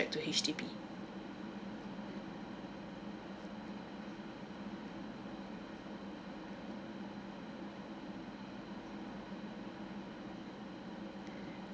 to H_D_B